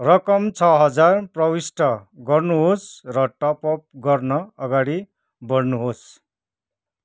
रकम छ हजार प्रविष्ठ गर्नुहोस् र टपअप गर्न अगाडि बढ्नुहोस्